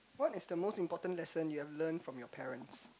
what is the most important lesson you have learned from your parents